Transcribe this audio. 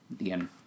again